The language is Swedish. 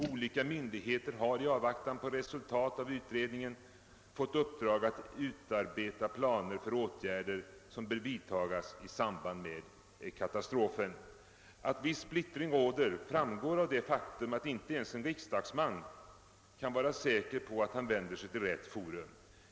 Olika myndigheter har i avvaktan på utredningens resultat fått i uppdrag att utarbeta planer för de åtgärder som bör vidtagas i samband med katastrofen. Att viss splittring råder framgår av det faktum att inte ens en riksdagsman kan vara säker på att han vänder sig till rätt forum.